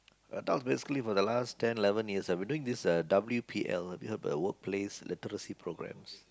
that was basically for the last ten eleven years uh we've been doing this W_P_L have you heard of Workplace-Literacy-Programs